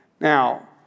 Now